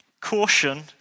Caution